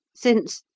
since,